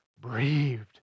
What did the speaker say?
breathed